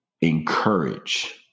encourage